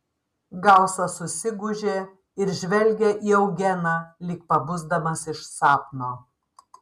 gausas susigūžė ir žvelgė į eugeną lyg pabusdamas iš sapno